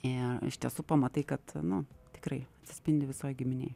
ir iš tiesų pamatai kad nu tikrai atsispindi visoj giminėj